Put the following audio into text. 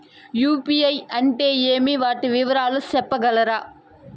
UPI అంటే ఏమి? వాటి వివరాలు సెప్పగలరా?